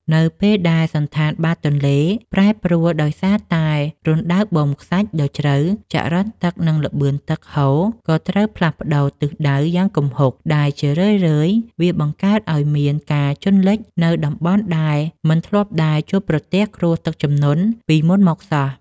នៅពេលដែលសណ្ឋានបាតទន្លេប្រែប្រួលដោយសារតែរណ្តៅបូមខ្សាច់ដ៏ជ្រៅ ចរន្តទឹក និងល្បឿនទឹកហូរក៏ត្រូវផ្លាស់ប្តូរទិសដៅយ៉ាងគំហុក ដែលជារឿយៗវាបង្កើតឱ្យមានការជន់លិចនៅតំបន់ដែលមិនធ្លាប់ដែលជួបប្រទះគ្រោះទឹកជំនន់ពីមុនមកសោះ។